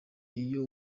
iyo